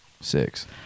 Six